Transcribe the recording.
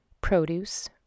produce